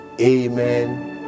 amen